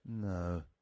No